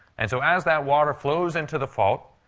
and so, as that water flows into the fault,